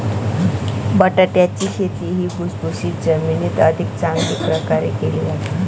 बटाट्याची शेती ही भुसभुशीत जमिनीत अधिक चांगल्या प्रकारे केली जाते